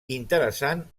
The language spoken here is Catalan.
interessant